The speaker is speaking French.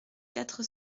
quatre